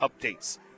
updates